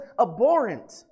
abhorrent